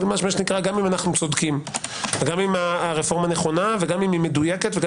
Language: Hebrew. גם אם אנו צודקים וגם את הרפורמה נכונה ומדויקת וגם